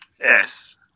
Yes